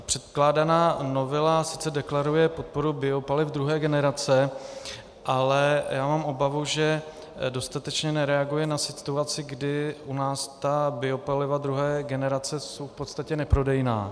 Předkládaná novela sice deklaruje podporu biopaliv druhé generace, ale mám obavu, že dostatečně nereaguje na situaci, kdy u nás ta biopaliva druhé generace jsou v podstatě neprodejná.